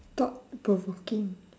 thought provoking